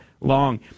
long